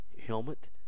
helmet